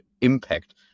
impact